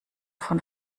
von